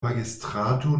magistrato